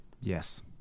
yes